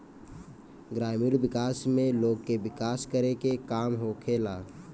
ग्रामीण विकास में लोग के विकास करे के काम होखेला